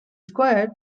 squared